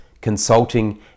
consulting